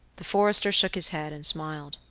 the forester shook his head, and smiled.